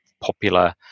popular